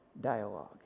dialogue